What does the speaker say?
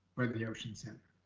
for the ocean center?